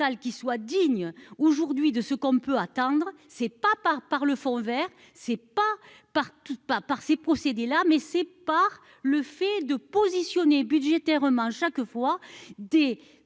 qui soit digne, aujourd'hui, de ce qu'on peut attendre, c'est pas par par le Fonds Vert c'est pas par pas, par ces procédés là mais c'est par le fait de positionner budgétairement chaque fois des